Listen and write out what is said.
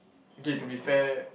they have to be fair